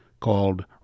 called